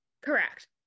correct